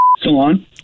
salon